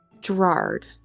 Gerard